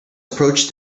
approach